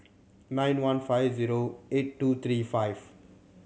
nine one five zero eight two three five